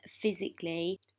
physically